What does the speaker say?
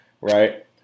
right